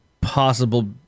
possible